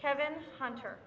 kevin hunter